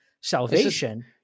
salvation